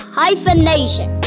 hyphenation